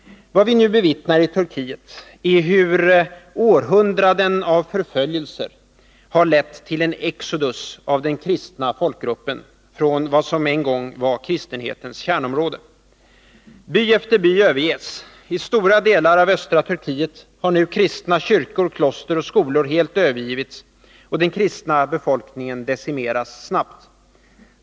Vad vi nu bevittnar i Turkiet är hur århundraden av förföljelser har lett till en exodus av den kristna folkgruppen från vad som en gång var kristenhetens kärnområde. By efter by överges. I stora delar av östra Turkiet har nu kristna kyrkor, kloster och skolor helt övergivits, och den kristna befolkningen decimeras snabbt.